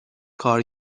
کار